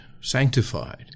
sanctified